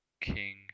King